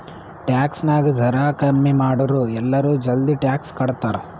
tax ನಾಗ್ ಜರಾ ಕಮ್ಮಿ ಮಾಡುರ್ ಎಲ್ಲರೂ ಜಲ್ದಿ ಟ್ಯಾಕ್ಸ್ ಕಟ್ತಾರ್